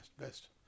best